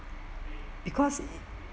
because